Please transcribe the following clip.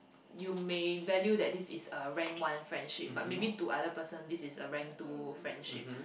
you may value that it's a rank one friendship but maybe to other person this is a rank two friendship